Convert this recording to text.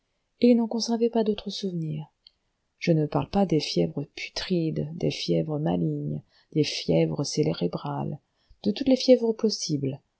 et il n'en conservait pas d'autre souvenir je ne parle pas des fièvres putrides des fièvres malignes des fièvres cérébrales de toutes les fièvres possibles